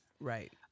Right